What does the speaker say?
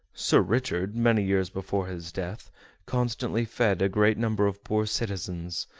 sir richard many years before his death constantly fed a great number of poor citizens,